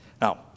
Now